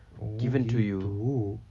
oh gitu